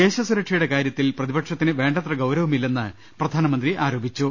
ദേശ സുരക്ഷ യുടെ കാര്യത്തിൽ പ്രതിപക്ഷത്തിന് വേണ്ടത്ര ഗൌരവമില്ലെന്ന് പ്രധാനമന്ത്രി ആരോപിച്ചു